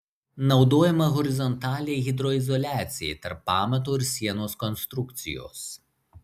naudojama horizontaliai hidroizoliacijai tarp pamato ir sienos konstrukcijos